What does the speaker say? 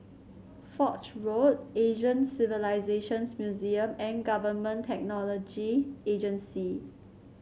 Foch Road Asian Civilisations Museum and Government Technology Agency